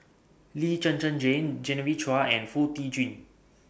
Lee Zhen Zhen Jane Genevieve Chua and Foo Tee Jun